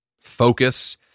focus